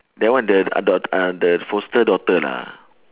that one that uh daugh~ uh the foster daughter ah